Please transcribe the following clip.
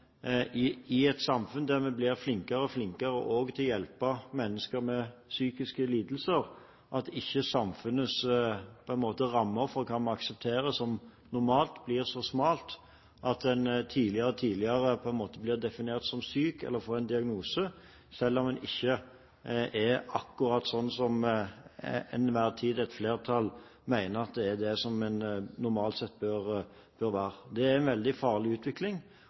hadde, i et samfunn der vi blir flinkere og flinkere til å hjelpe mennesker med psykiske lidelser, at ikke samfunnets rammer for hva vi aksepterer som normalt, blir så smale at en tidligere og tidligere på en måte blir definert som syk eller får en diagnose, selv om en ikke er akkurat slik som et flertall til enhver tid mener en normalt sett bør være. Det er en veldig farlig utvikling,